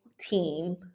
team